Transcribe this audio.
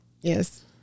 Yes